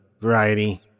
Variety